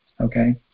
okay